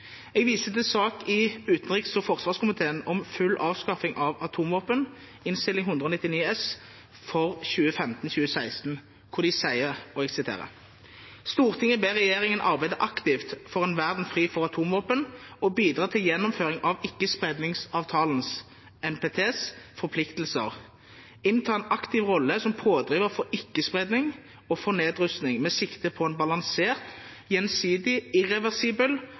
199 S , hvor de sier: «Stortinget ber regjeringen arbeide aktivt for en verden fri for atomvåpen og bidra til gjennomføring av Ikkespredningsavtalens forpliktelser, innta en aktiv rolle som pådriver for ikke-spredning og for nedrustning med sikte på en balansert, gjensidig, irreversibel